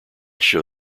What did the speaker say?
show